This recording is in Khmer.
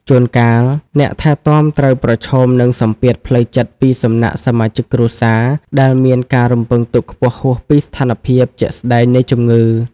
ជួនកាល អ្នកថែទាំត្រូវប្រឈមនឹងសម្ពាធផ្លូវចិត្តពីសំណាក់សមាជិកគ្រួសារ ដែលមានការរំពឹងទុកខ្ពស់ហួសពីស្ថានភាពជាក់ស្តែងនៃជំងឺ។